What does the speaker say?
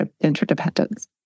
interdependence